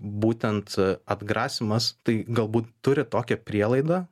būtent atgrasymas tai galbūt turi tokią prielaidą